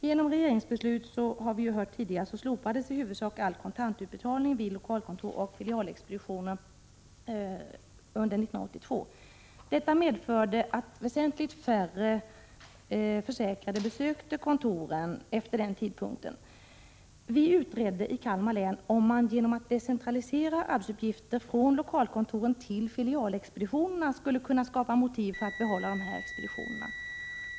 Genom regeringsbeslut slopades, som sagt, i huvudsak all kontantutbetalning vid lokalkontor och filialexpeditioner under 1982. Detta medförde att väsentligt färre försäkrade besökte kontoren efter den tidpunkten. Vi utredde i Kalmar län om man genom att decentralisera arbetsuppgifter från lokalkontoren till filialexpeditionerna skulle kunna skapa motiv för att behålla dessa expeditioner.